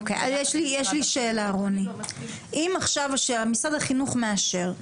יש לי שאלה רוני, אם עכשיו משרד החינוך מאשר,